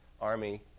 army